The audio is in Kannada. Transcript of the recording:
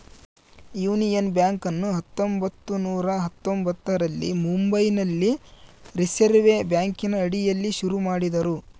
ಯೂನಿಯನ್ ಬ್ಯಾಂಕನ್ನು ಹತ್ತೊಂಭತ್ತು ನೂರ ಹತ್ತೊಂಭತ್ತರಲ್ಲಿ ಮುಂಬೈನಲ್ಲಿ ರಿಸೆರ್ವೆ ಬ್ಯಾಂಕಿನ ಅಡಿಯಲ್ಲಿ ಶುರು ಮಾಡಿದರು